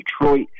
Detroit